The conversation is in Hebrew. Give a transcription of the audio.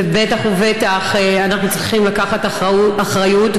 ובטח ובטח אנחנו צריכים לקחת אחריות,